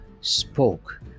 spoke